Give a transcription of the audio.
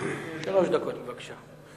שלוש דקות, בבקשה.